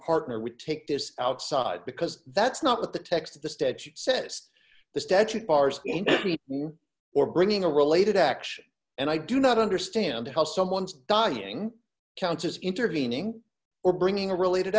partner would take this outside because that's not what the text of the statute says the statute bars or bringing a related action and i do not understand how someone's dying counts as intervening or bringing a related